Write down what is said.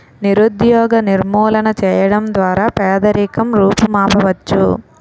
నిరుద్యోగ నిర్మూలన చేయడం ద్వారా పేదరికం రూపుమాపవచ్చు